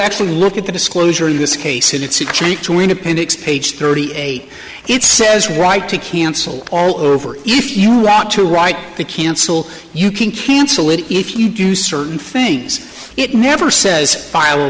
actually look at the disclosure in this case it's a cheek to an appendix page thirty eight it says right to cancel all over if you want to write the cancel you can cancel it if you do certain things it never says file a